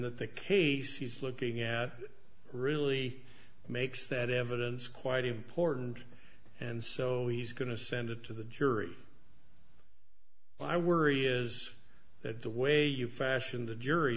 the case he's looking at really makes that evidence quite important and so he's going to send it to the jury i worry is that the way you fashion the jury